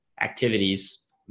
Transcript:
activities